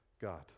God